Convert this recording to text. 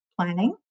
planning